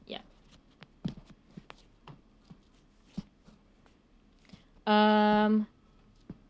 yup um